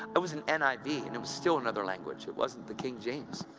it was and and i mean it was still another language. it wasn't the king james.